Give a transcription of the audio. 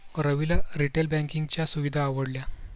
रविला रिटेल बँकिंगच्या सुविधा आवडल्या